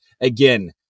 again